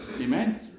Amen